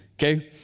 okay?